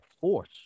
force